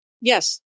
yes